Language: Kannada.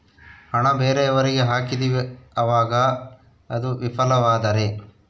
ಹಣ ಬೇರೆಯವರಿಗೆ ಹಾಕಿದಿವಿ ಅವಾಗ ಅದು ವಿಫಲವಾದರೆ?